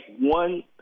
one